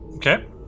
Okay